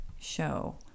show